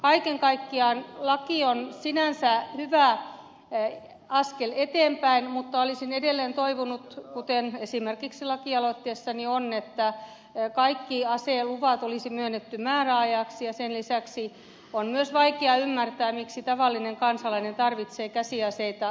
kaiken kaikkiaan laki on sinänsä hyvä askel eteenpäin mutta olisin edelleen toivonut kuten esimerkiksi lakialoitteessani on että kaikki aseluvat olisi myönnetty määräajaksi ja sen lisäksi on myös vaikea ymmärtää miksi tavallinen kansalainen tarvitsee käsiaseita